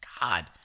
God